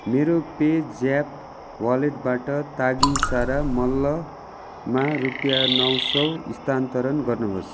मेरो पेज्याप वलेटबाट तागिसरा मल्लमा रुपियाँ नौ सौ स्थानान्तरण गर्नुहोस्